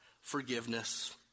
forgiveness